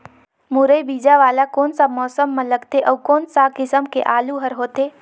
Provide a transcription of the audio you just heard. मुरई बीजा वाला कोन सा मौसम म लगथे अउ कोन सा किसम के आलू हर होथे?